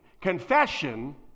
Confession